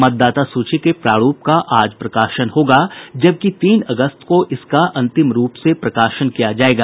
मतदाता सूची के प्रारूप का आज प्रकाशन होगा जबकि तीन अगस्त को इसका अंतिम रूप से प्रकाशन किया जायेगा